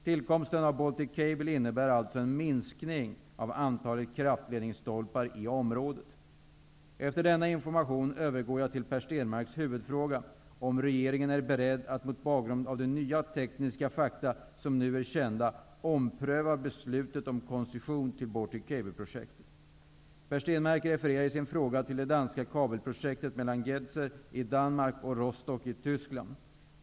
Tillkomsten av Baltic Cable innebär alltså en minskning av antalet kraftledningsstolpar i området. Efter denna information övergår jag till Per Stenmarcks huvudfråga, nämligen om regeringen är beredd att, mot bakgrund av de nya tekniska fakta som nu är kända, ompröva beslutet om koncession till Baltic Cable-projektet. Per Stenmarck refererar i sin fråga till det danska kabelprojektet mellan Gedser i Danmark och Rostock i Tyskland.